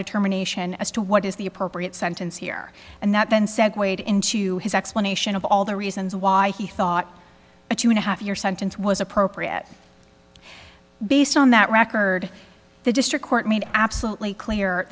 determination as to what is the appropriate sentence here and that then said wade into his explanation of all the reasons why he thought but you now have your sentence was appropriate based on that record the district court made absolutely clear